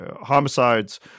homicides